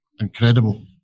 incredible